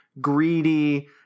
greedy